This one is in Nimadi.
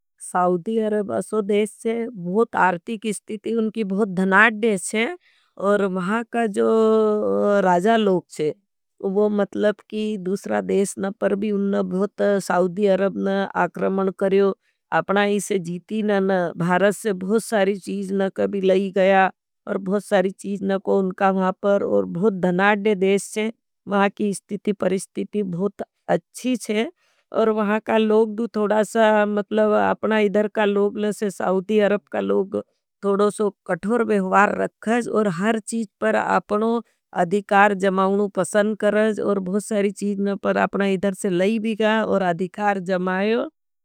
Saudi Arab असो देश है, बहुत आर्थिक इस्तिति, उनकी बहुत धनाट देश है। और महा का जो राजा लोग है, वो मतलब की दूसरा देश न पर भी उनने बहुत साउधी अरब न आक्रमन करियो आपना इसे जीती। न न भारत से बहुत सारी चीज न कभी लई गया। और बहुत सारी चीज नाको उनका वहाँ पर और बहुत धनाड्य देश छे। वह की इस्थति परिस्थति बहुत अच्छी छे। और वहाँ लोग थड़ा सा आपना इसे साउधी अरब का लोग थोड़ो सो कथोर वेहवार रखेज। और हर चीज पर आपनों अधिकार जमाओनों पसंद करेज और बहुत सारी चीज न पर आपना इसे लई गया और अधिकार जमायो।